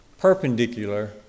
perpendicular